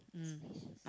mm